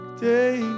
day